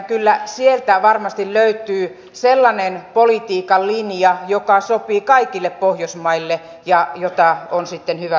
kyllä sieltä varmasti löytyy sellainen politiikan linja joka sopii kaikille pohjoismaille ja jota on sitten hyvä noudattaa